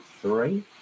three